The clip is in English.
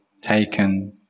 taken